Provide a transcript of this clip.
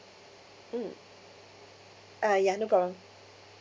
mm ah ya no problem